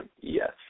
yes